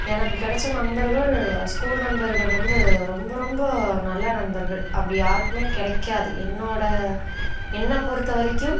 எனக்கு கெடைச்ச நண்பர்கள் ஸ்கூல் நண்பர்கள் வந்து ரொம்ப ரொம்ப நல்ல நண்பர்கள் அப்படி யாருக்குமே கிடைக்காது என்னோடய என்னை பொருத்த வரைக்கும்